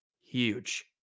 huge